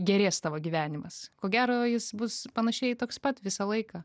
gerės tavo gyvenimas ko gero jis bus panašiai toks pat visą laiką